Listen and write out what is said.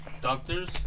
doctors